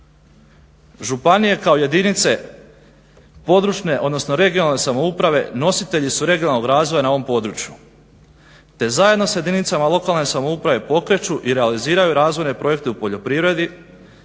Županije kao jedinice područne, odnosno regionalne samouprave nositelji su regionalnog razvoja na ovom području, te zajedno sa jedinicama lokalne samouprave pokreću i realiziraju razvojne projekte u poljoprivredi,